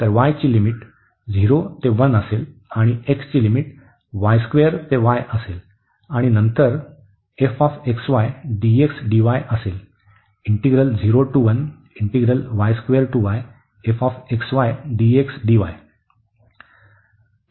तर y ची limit 0 ते 1 असेल आणि x ची लिमिट ते y असेल आणि नंतर असेल